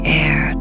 air